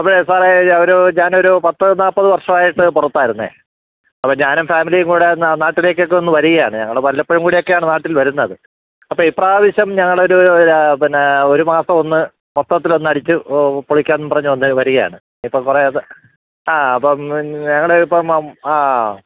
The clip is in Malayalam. അതേ സാർ ഞാൻ ഒരു ഞാൻ ഒരു പത്ത് നാൽപ്പത് വർഷമായിട്ട് പുറത്തായിരുന്നത് ഞാൻ അപ്പം ഞാനും ഫാമിലിയും കൂടെ നാട്ടിലേക്ക് ഒന്ന് വരികയാണ് ഞങ്ങൾ വല്ലപ്പോഴും കൂടെ ഒക്കെയാണ് നാട്ടിൽ വരുന്നത് അപ്പം ഇപ്രാവശ്യം ഞങ്ങൾ ഒരു പിന്നെ ഒരു മാസം ഒന്ന് മൊത്തത്തിൽ ഒന്ന് അടിച്ചു പൊളിക്കാമെന്ന് പറഞ്ഞു വന്ന വരികയാണ് ഇപ്പം കുറേ ആ അപ്പം ഞങ്ങൾ ഇപ്പം ആ